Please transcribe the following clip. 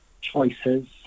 choices